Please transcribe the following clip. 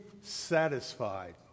satisfied